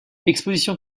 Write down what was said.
exposition